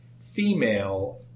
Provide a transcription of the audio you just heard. female